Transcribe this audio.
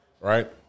Right